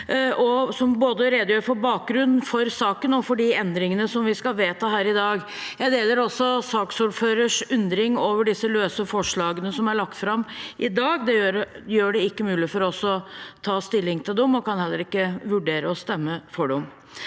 som både redegjør for bakgrunnen for saken og for de endringene vi skal vedta her i dag. Jeg deler også saksordførerens undring over disse løse forslagene som er lagt fram i dag. Det gjør det ikke mulig for oss å ta stilling til dem, og vi kan heller ikke vurdere å stemme for dem.